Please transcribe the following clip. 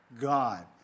God